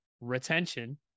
Retention